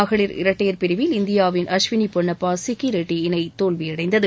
மகளிர் இரட்டையர் பிரிவில் இந்தியாவின் அஸ்வின் பொன்னப்பா சிக்கிரெட்டி இணை தோல்வியடைந்தது